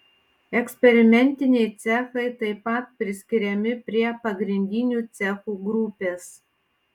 eksperimentiniai cechai taip pat priskiriami prie pagrindinių cechų grupės